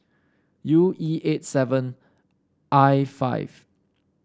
U E eight seven I five